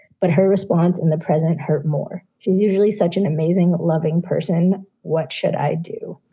but her response in the president hurt more. she's usually such an amazing, loving person. what should i do?